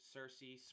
Cersei